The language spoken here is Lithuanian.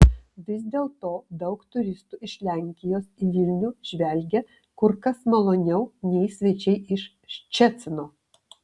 vis dėlto daug turistų iš lenkijos į vilnių žvelgia kur kas maloniau nei svečiai iš ščecino